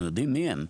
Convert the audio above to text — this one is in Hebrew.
אנחנו יודעים מי הם.